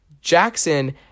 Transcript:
Jackson